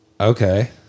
Okay